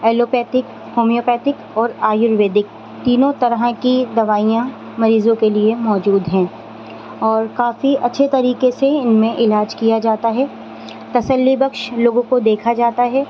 aloe پیتھک homeopathic اور ayurvedic تینوں طرح کی دوائیاں مریضوں کے لیے موجود ہیں اور کافی اچھے طریقے سے ان میں علاج کیا جاتا ہے تسلی بخش لوگوں کو دیکھا جاتا ہے